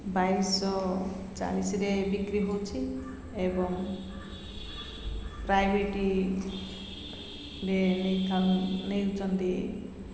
ବାଇଶଶହ ଚାଳିଶରେ ବିକ୍ରି ହେଉଛି ଏବଂ ପ୍ରାଇଭେଟିରେ ନେଇଥା ନେଉଛନ୍ତି